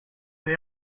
they